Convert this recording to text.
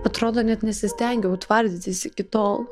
atrodo net nesistengiau tvardytis iki tol